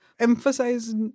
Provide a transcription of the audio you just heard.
emphasize